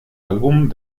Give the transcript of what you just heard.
álbum